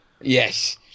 yes